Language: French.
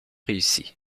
réussi